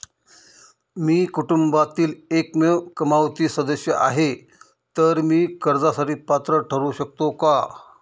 मी कुटुंबातील एकमेव कमावती सदस्य आहे, तर मी कर्जासाठी पात्र ठरु शकतो का?